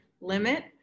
limit